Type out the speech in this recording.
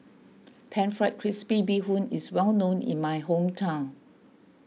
Pan Fried Crispy Bee Bee Hoon is well known in my hometown